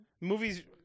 Movies